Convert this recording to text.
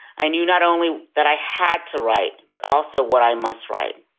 i knew not only that i had to write, but also what i must write.